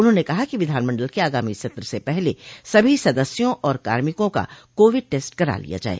उन्होंने कहा कि विधानमंडल के आगामी सत्र से पहले सभी सदस्यों और कार्मिकों का कोविड टेस्ट करा लिया जाये